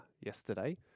yesterday